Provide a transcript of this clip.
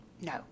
No